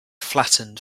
flattened